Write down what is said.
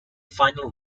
final